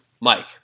Mike